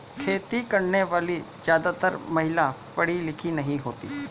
खेती करने वाली ज्यादातर महिला पढ़ी लिखी नहीं होती